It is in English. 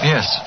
Yes